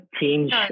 change